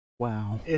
Wow